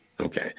Okay